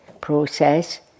process